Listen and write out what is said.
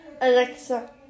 Alexa